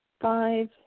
five